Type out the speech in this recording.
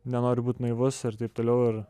nenoriu būt naivus ir taip toliau ir